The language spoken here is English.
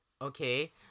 Okay